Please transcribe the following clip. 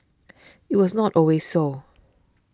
it was not always so